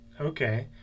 Okay